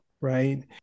right